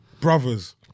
Brothers